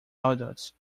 adults